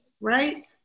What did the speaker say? right